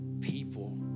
people